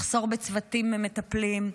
מחסור בצוותים מטפלים,